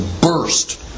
burst